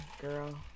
girl